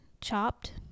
chopped